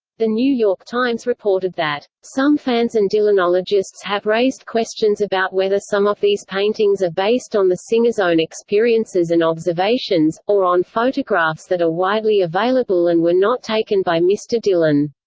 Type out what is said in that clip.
the new york times reported that some fans and dylanologists have raised questions about whether some of these paintings are based on the singer's own experiences and observations, or on photographs that are widely available and were not taken by mr. dylan.